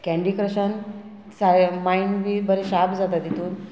candy क्रशान सारें mind बी बरें शार्प जाता तितून